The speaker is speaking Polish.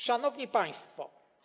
Szanowni Państwo!